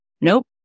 Nope